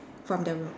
from the room